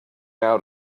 out